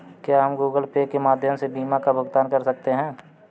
क्या हम Google Pay के माध्यम से बीमा का भुगतान कर सकते हैं?